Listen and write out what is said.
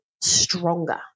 stronger